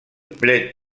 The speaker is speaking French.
plaide